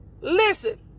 Listen